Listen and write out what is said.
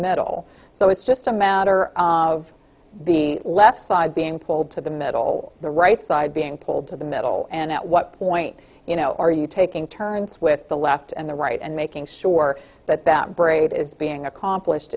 middle so it's just a matter of the left side being pulled to the middle the right side being pulled to the middle and at what point you know are you taking turns with the left and the right and making sure that that braid is being accomplished